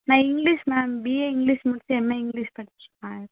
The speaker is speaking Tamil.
நான் இங்கிலிஷ் மேம் பிஏ இங்கிலிஷ் முடிச்சு எம்ஏ இங்கிலிஷ் படிச்சு ஆ இருக்கேன் மேம்